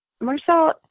Marcel